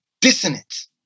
dissonance